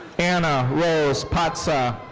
anna rose paca.